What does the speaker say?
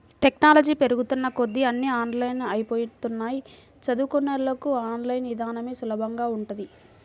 technology పెరుగుతున్న కొద్దీ అన్నీ ఆన్లైన్ అయ్యిపోతన్నయ్, చదువుకున్నోళ్ళకి ఆన్ లైన్ ఇదానమే సులభంగా ఉంటది